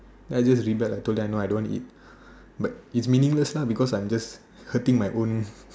I just rebel I told them no I don't want to eat but it's meaningless lah because I'm just hurting my own